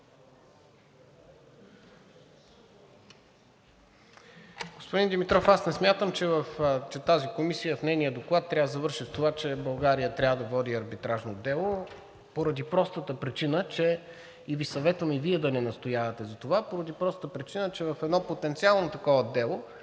Господин Димитров, аз не смятам, че тази комисия – в нейния доклад, трябва да завършва с това, че България трябва да води арбитражно дело, и Ви съветвам и Вие да не настоявате за това поради простата причина, че в едно потенциално такова дело